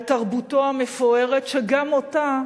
על תרבותו המפוארת, שגם אותה